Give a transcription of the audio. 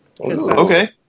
Okay